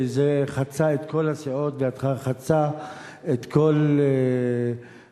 וזה חצה את כל הסיעות וחצה את כל השורות,